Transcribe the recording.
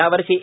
यावर्षी ए